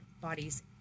bodies